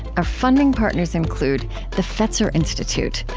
our funding partners include the fetzer institute,